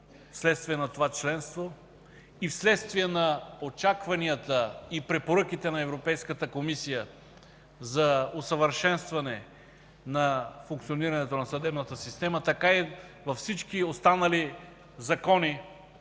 вследствие на това членство и вследствие на очакванията и препоръките на Европейската комисия за усъвършенстване на функционирането на съдебната система, така и във всички останали закони,